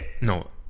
no